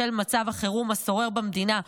בשל מצב החירום השורר במדינה,